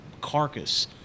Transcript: carcass